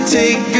take